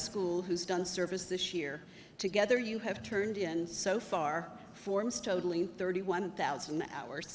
school who's done service this year together you have turned in so far forms totaling thirty one thousand hours